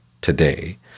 today